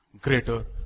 greater